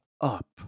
up